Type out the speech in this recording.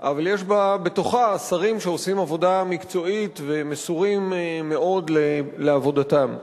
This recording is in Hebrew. אבל יש בתוכה שרים שעושים עבודה מקצועית ומסורים מאוד לעבודתם.